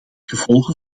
gevolgen